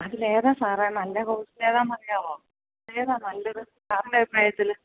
അതിൽ ഏതാണ് സാറെ നല്ല കോഴ്സ് ഏതാണെന്ന് അറിയാമോ ഏതാണ് നല്ലത് സാറിൻ്റെ അഭിപ്രായത്തിൽ